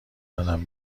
دارم